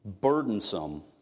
burdensome